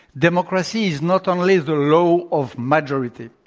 democracy is not only the law of majority.